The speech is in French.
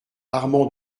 armand